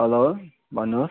hello भन्नुहोस्